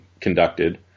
conducted